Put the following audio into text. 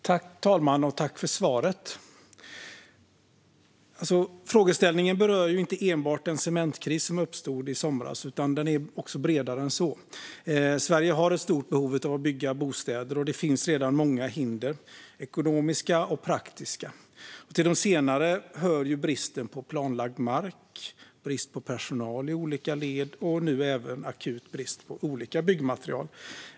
Fru talman! Jag vill tacka för svaret. Frågeställningen rör inte enbart den cementkris som uppstod i somras. Den är bredare än så. Sverige har stort behov av att bygga bostäder, och det finns redan många hinder - ekonomiska och praktiska. Till de senare hör bristen på planlagd mark, brist på personal i olika led och nu även akut brist på olika byggmaterial.